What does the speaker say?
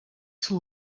sont